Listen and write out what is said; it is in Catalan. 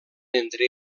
entre